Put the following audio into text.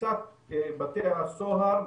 בתי הסוהר,